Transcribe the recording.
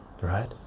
right